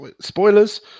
spoilers